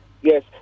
Yes